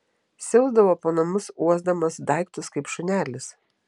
siausdavo po namus uosdamas daiktus kaip šunelis